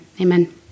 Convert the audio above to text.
Amen